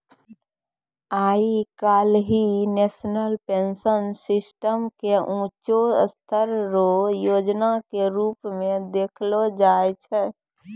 आइ काल्हि national pension system के ऊंचों स्तर रो योजना के रूप मे देखलो जाय छै